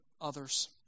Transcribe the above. others